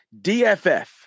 DFF